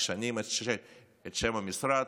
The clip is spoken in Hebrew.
משנים את שם המשרד,